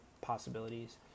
possibilities